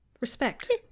respect